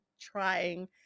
trying